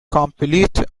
complete